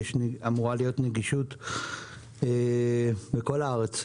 אמורה להיות נגישות לכל הארץ,